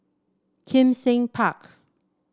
Kim Seng Park